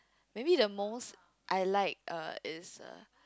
maybe the most I like err is a